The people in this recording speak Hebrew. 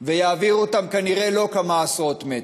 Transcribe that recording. ויעבירו אותם, כנראה, לא כמה עשרות מטרים.